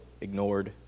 ignored